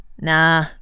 Nah